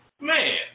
man